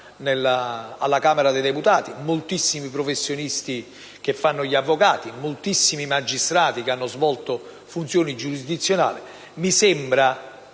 alla Camera dei deputati ci sono moltissimi professionisti che fanno gli avvocati e moltissimi magistrati che hanno svolto funzioni giurisdizionali. Non sono